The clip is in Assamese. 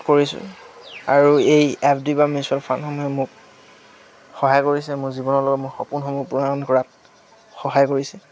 কৰিছোঁ আৰু এই এফ ডি বা মিউচুৱেল ফাণ্ডসমূহে মোক সহায় কৰিছে মোৰ জীৱনৰ লগত মোক সপোনসমূহ পূৰণ কৰাত সহায় কৰিছে